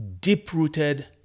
deep-rooted